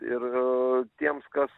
ir tiems kas